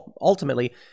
ultimately